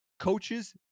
Coaches